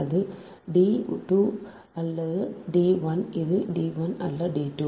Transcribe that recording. அது d 2 அல்ல d 1 இது d 1 அல்ல d 2